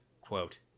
quote